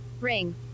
Ring